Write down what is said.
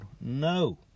No